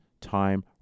time